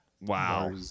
wow